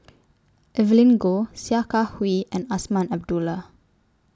Evelyn Goh Sia Kah Hui and Azman Abdullah